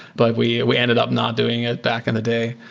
but we we ended up not doing it back in the day.